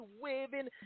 waving